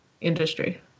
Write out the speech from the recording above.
industry